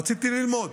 רציתי ללמוד.